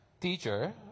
teacher